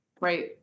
right